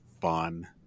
fun